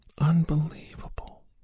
Unbelievable